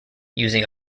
using